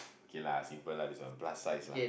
K lah simple lah this one plus size lah